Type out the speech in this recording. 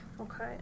Okay